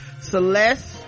celeste